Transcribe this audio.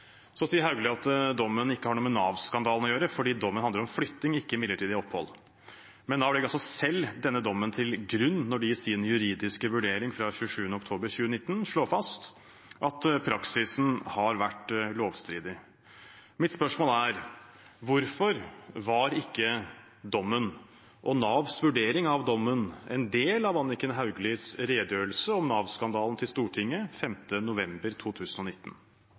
Så sier Hauglie at dommen ikke har noe med Nav-skandalen å gjøre fordi dommen handler om flytting, ikke midlertidig opphold. Men Nav legger altså selv denne dommen til grunn når de i sin juridiske vurdering fra 27. oktober 2019 slår fast at praksisen har vært lovstridig. Mitt spørsmål er: Hvorfor var ikke dommen og Navs vurdering av dommen en del av Anniken Hauglies redegjørelse om Nav-skandalen til Stortinget 5. november 2019?